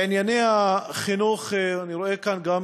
בענייני החינוך אני רואה כאן גם,